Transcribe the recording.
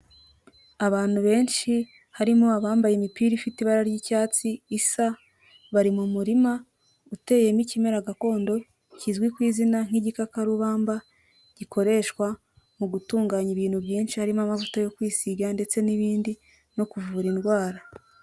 Abantu benshi, harimo abambaye imipira ifite ibara ry'icyatsi isa, bari mu murima uteyemo ikimera gakondo kizwi ku izina nk'igikakarubamba, gikoreshwa mu gutunganya ibintu byinshi, harimo amavuta yo kwisiga ndetse n'ibindi no kuvura indwara.